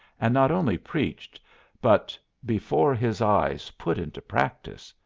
and not only preached but before his eyes put into practice,